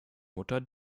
mutter